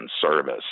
service